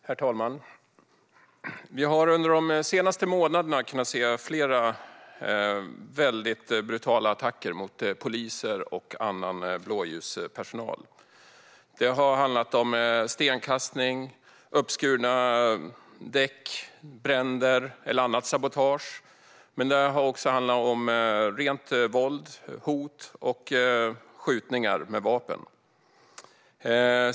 Herr talman! Vi har under de senaste månaderna kunnat se flera väldigt brutala attacker mot poliser och annan blåljuspersonal. Det har handlat om stenkastning, uppskurna däck, bränder och annat sabotage, men också om rent våld, hot och skjutningar med vapen.